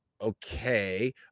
Okay